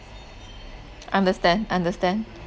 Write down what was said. understand understand